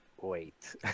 Wait